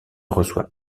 reçoit